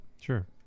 Sure